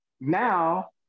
Now